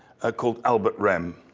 ah called albert rehm.